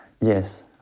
Yes